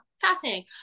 Fascinating